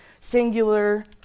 singular